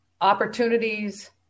opportunities